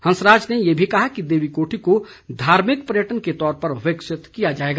हंसराज ने ये भी कहा कि देवीकोठी को धार्मिक पर्यटन के तौर पर विकसित किया जाएगा